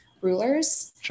rulers